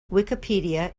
wikipedia